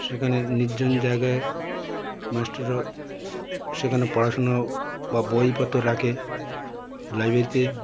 সেখানে নির্জন জায়গায় মাস্টাররা সেখানে পড়াশুনো বা বইপত্র রাখে লাইব্রেরিতে